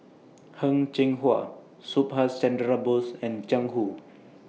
Heng Cheng Hwa Subhas Chandra Bose and Jiang Hu